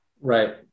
Right